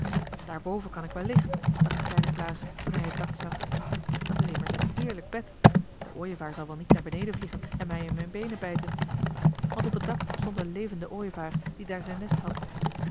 daar boven kan ik wel liggen dacht de kleine klaas toen hij het dak zag dat is immers een heerlijk bed de ooievaar zal wel niet naar beneden vliegen en mij in mijn beenen bijten want op het dak stond een levende ooievaar die daar zijn nest had